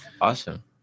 Awesome